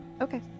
okay